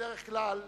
בדרך כלל,